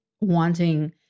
wanting